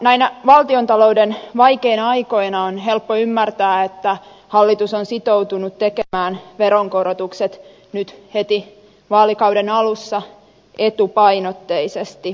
näinä valtiontalouden vaikeina aikoina on helppo ymmärtää että hallitus on sitoutunut tekemään veronkorotukset nyt heti vaalikauden alussa etupainotteisesti